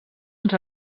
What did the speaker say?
uns